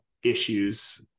issues